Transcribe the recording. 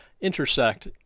intersect